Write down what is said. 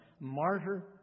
Martyr